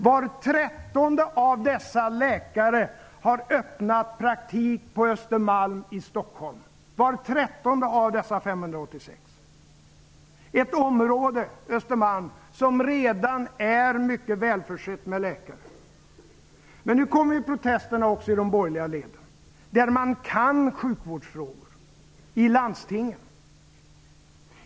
Var trettonde av dessa 586 läkare har öppnat praktik på Östermalm i Stockholm, ett område som redan är välförsett med läkare. Nu kommer protesterna också i de borgerliga leden där man kan sjukvårdsfrågor, i landstingen.